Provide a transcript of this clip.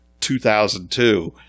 2002